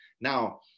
Now